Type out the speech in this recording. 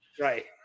Right